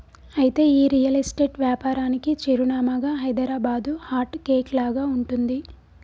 అయితే ఈ real estate వ్యాపారానికి చిరునామాగా హైదరాబాదు హార్ట్ కేక్ లాగా ఉంటుంది